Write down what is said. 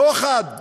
שוחד,